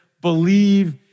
believe